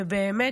ובאמת,